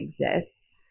exists